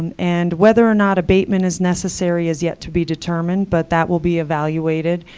and and whether or not abatement is necessary is yet to be determined, but that will be evaluated,